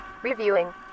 Reviewing